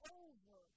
over